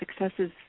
successes